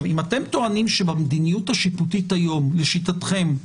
אם אתם טוענים שבמדיניות השיפוטית היום, לשיטתכם,